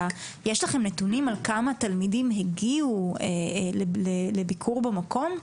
יש לכם נתונים על כמה תלמידים הגיעו לביקור במקום?